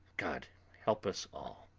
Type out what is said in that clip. god help us all.